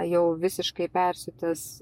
jau visiškai persiutęs